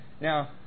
Now